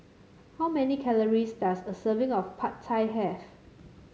how many calories does a serving of Pad Thai have